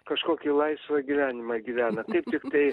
kažkokį laisvą gyvenimą gyvena taip tiktai